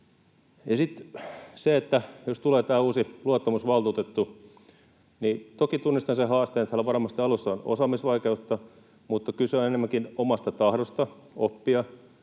jos tulee tämä uusi luottamusvaltuutettu, niin toki tunnistan sen haasteen, että hänellä on varmasti alussa osaamisvaikeutta, mutta kyse on enemmänkin omasta tahdosta oppia